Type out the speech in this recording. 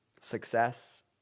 success